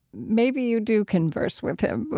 maybe you do converse with him.